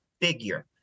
figure